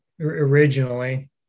originally